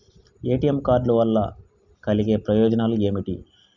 ATM card వల్ల కలిగే ప్రయోజనాలు ఏమిటి?